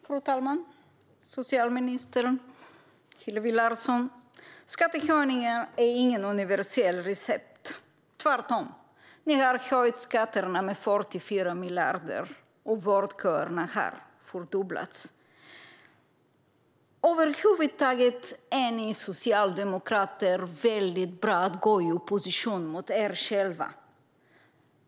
Fru talman, socialministern och Hillevi Larsson! Skattehöjningar är inget universellt recept - tvärtom. Ni har höjt skatterna med 44 miljarder, och vårdköerna har fördubblats. Ni socialdemokrater är över huvud taget väldigt bra på att gå i opposition mot er själva.